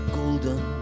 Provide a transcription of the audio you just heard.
golden